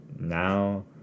now